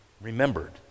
remembered